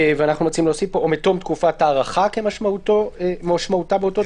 או מתום תקופת ההארכה כמשמעותה באותו